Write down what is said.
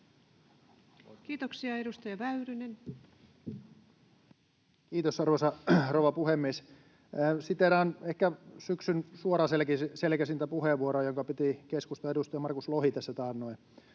Time: 19:12 Content: Kiitos, arvoisa rouva puhemies! Siteeraan ehkä syksyn suoraselkäselkäisintä puheenvuoroa, jonka piti keskustan edustaja Markus Lohi tässä taannoin